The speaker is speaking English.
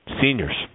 Seniors